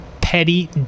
petty